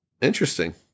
Interesting